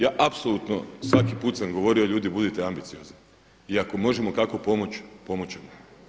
Ja apsolutno svaki put sam govorio ljudi budite ambiciozni i ako možemo kako pomoći pomoći ćemo.